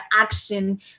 action